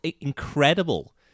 incredible